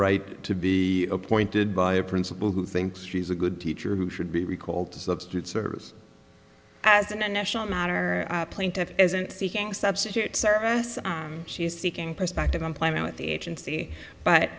right to be appointed by a principal who thinks she's a good teacher who should be recalled to substitute service as a national matter plaintiff isn't seeking substitute service she is seeking perspective employment at the agency but